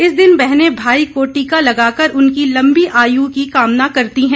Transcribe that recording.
इस दिन बहने भाई को टीका लगाकर उनकी लम्बी आयु की कामना करती हैं